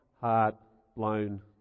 heart-blown